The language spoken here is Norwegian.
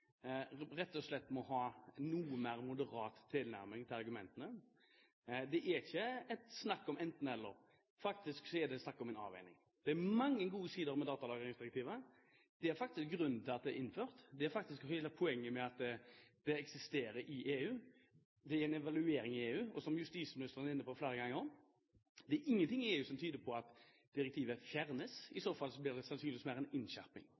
nei-siden rett og slett må ha en noe mer moderat tilnærming til argumentene. Det er ikke snakk om et enten – eller. Faktisk så er det snakk om en avveining. Det er mange gode sider ved datalagringsdirektivet. Det er grunnen til at det er innført. Det er hele poenget med at det eksisterer i EU. Det er en evaluering i EU, og som justisministeren var inne på flere ganger, er det ingenting i EU som tyder på at direktivet fjernes. Det blir sannsynligvis mer en innskjerping.